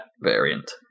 variant